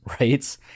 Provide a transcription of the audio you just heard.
right